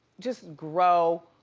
just grow,